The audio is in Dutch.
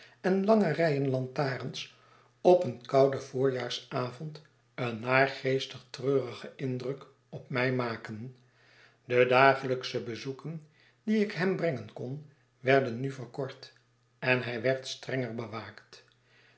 en lange rijen lantarens op een kouden voorjaarsavond een naargeestig treurigen indruk op mij maken de dagelijksche bezoeken die ik hem brengen kon werden nu verkort en hij werd stronger bewaakt